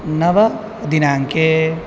नवमदिनाङ्के